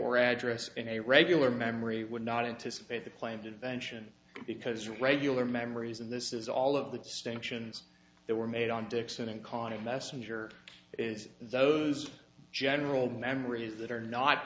or address in a regular memory would not anticipate the claimed invention because regular memories and this is all of the stanchions they were made on dixon and con and messenger is those general memories that are not